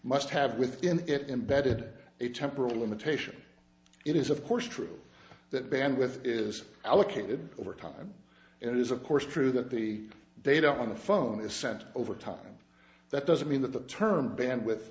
must have within it embedded a temporal limitation it is of course true that bandwidth is allocated over time it is of course true that the data on the phone is sent over time that doesn't mean that the term band with